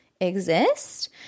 exist